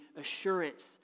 assurance